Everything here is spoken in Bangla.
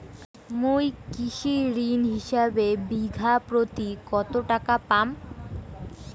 মুই কৃষি ঋণ হিসাবে বিঘা প্রতি কতো টাকা পাম?